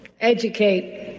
Educate